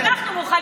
אז אנחנו מוכנים,